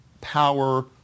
power